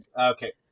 Okay